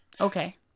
okay